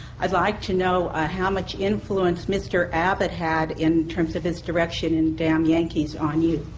i'd like to know how much influence mr. abbott had in terms of his direction in damn yankees on you.